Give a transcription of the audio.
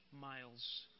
miles